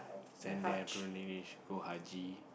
send them go pligrimage go haji